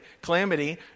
calamity